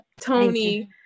Tony